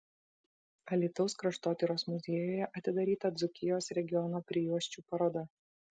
alytaus kraštotyros muziejuje atidaryta dzūkijos regiono prijuosčių paroda